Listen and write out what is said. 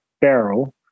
barrel